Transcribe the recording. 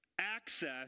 access